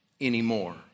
anymore